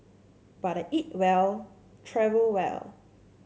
but I eat well travel well